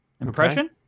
Impression